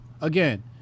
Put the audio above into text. again